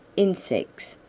insects,